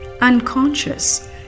unconscious